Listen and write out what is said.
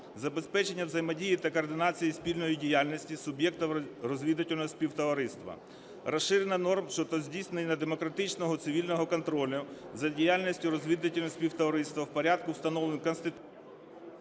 забезпечення взаємодії та координації спільної діяльності суб'єктів розвідувального співтовариства, розширення норм щодо здійснення демократичного цивільного контролю за діяльністю розвідувального співтовариства в порядку, встановленому…